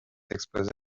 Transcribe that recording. exposée